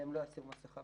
והם לא ישימו מסכה.